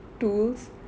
tools